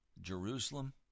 Jerusalem